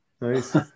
Nice